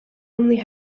only